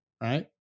right